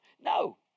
No